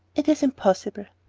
it is impossible.